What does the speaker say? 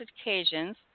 occasions